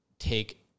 take